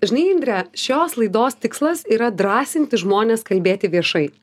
žinai indre šios laidos tikslas yra drąsinti žmones kalbėti viešai